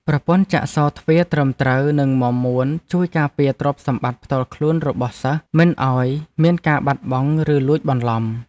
ប្រព័ន្ធចាក់សោរទ្វារត្រឹមត្រូវនិងមាំមួនជួយការពារទ្រព្យសម្បត្តិផ្ទាល់ខ្លួនរបស់សិស្សមិនឱ្យមានការបាត់បង់ឬលួចបន្លំ។